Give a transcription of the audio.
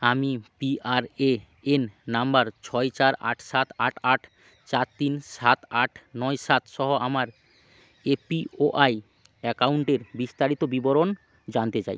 আমি PRAN number ছয় চার আট সাত আট আট চার তিন সাত আট নয় সাত সহ আমার এপিওআই অ্যাকাউন্টের বিস্তারিত বিবরণ জানতে চাই